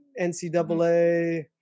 NCAA